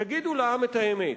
תגידו לעם את האמת,